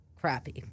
crappy